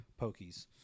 pokies